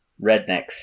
rednecks